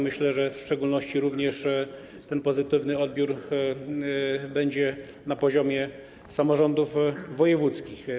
Myślę, że w szczególności ten pozytywny odbiór będzie na poziomie samorządów wojewódzkich.